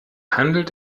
handelt